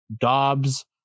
Dobbs